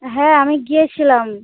হ্যাঁ আমি গিয়েছিলাম